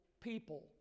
people